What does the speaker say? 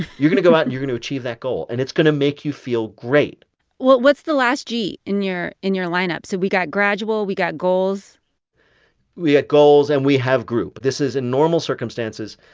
you're going to go out, and you're going to achieve that goal. and it's going to make you feel great well, what's the last g in your in your lineup? so we got gradual. we got goals we got ah goals, and we have group. this is in normal circumstances,